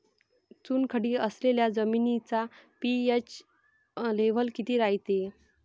चुनखडी असलेल्या जमिनीचा पी.एच लेव्हल किती रायते?